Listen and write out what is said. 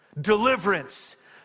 deliverance